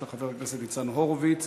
של חבר הכנסת ניצן הורוביץ,